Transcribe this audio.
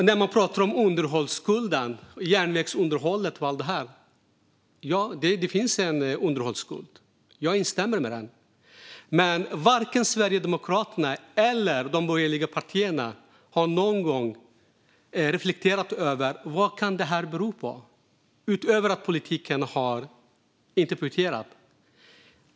Det pratas om underhållsskulden för järnvägsunderhållet och annat. Ja, det finns en underhållsskuld. Jag instämmer i det. Men varken Sverigedemokraterna eller de borgerliga partierna har någon gång reflekterat över vad detta kan bero på, utöver att politiken inte har budgeterat för det.